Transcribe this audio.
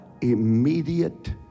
immediate